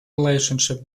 relationship